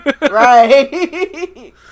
Right